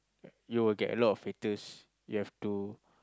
you will get a lot haters you have to